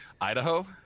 Idaho